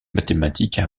mathématiques